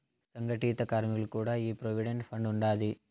సంగటిత కార్మికులకి కూడా ఈ ప్రోవిడెంట్ ఫండ్ ఉండాది